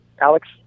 Alex